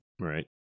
Right